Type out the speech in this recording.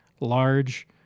large